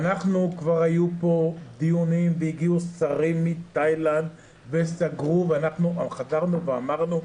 היו פה כבר דיונים והגיעו שרים מתאילנד וסגרו ואנחנו חזרנו ואמרנו,